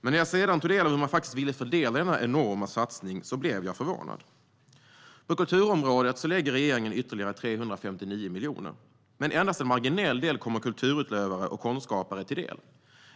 Men när jag sedan tog del av hur man faktiskt ville fördela denna så kallade enorma satsning blev jag förvånad. På kulturområdet lägger regeringen ytterligare 359 miljoner. Men endast en marginell del kommer kulturutövare och konstskapare till del.